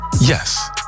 Yes